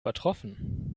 übertroffen